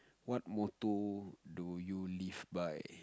what motto do you live by